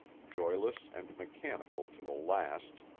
joyless and mechanical to the last,